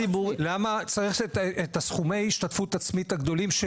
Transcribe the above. למה צריך את סכומי ההשתתפות העצמאית הגדולים,